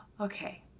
okay